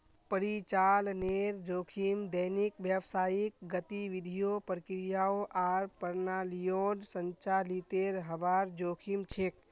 परिचालनेर जोखिम दैनिक व्यावसायिक गतिविधियों, प्रक्रियाओं आर प्रणालियोंर संचालीतेर हबार जोखिम छेक